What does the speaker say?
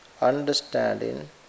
understanding